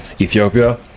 ethiopia